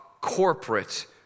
corporate